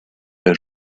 pas